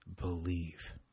Believe